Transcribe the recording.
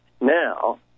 now